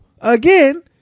again